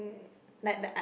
like like the uh